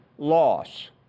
loss